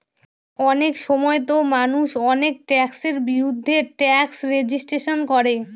অনেক সময়তো মানুষ অনেক ট্যাক্সের বিরুদ্ধে ট্যাক্স রেজিস্ট্যান্স করে